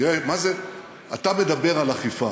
אתה מדבר על אכיפה.